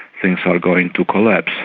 things are going to collapse.